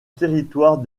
territoire